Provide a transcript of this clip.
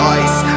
ice